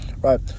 right